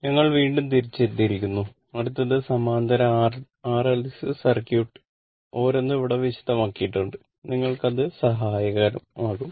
ഞങ്ങൾ വീണ്ടും തിരിച്ചെത്തിയിരിക്കുന്നുഅടുത്തത് സമാന്തര ആർഎൽസി സർക്യൂട്ട് ഓരോന്നും ഇവിടെ വിശദമാകിട്ടുണ്ട് നിങ്ങൾക്ക് അത് സഹായകരമാകും